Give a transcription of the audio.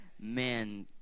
Man